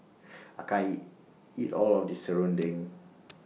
I can't eat All of This Serunding